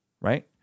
right